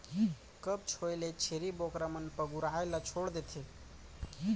कब्ज होए ले छेरी बोकरा मन पगुराए ल छोड़ देथे